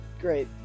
Great